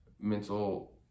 mental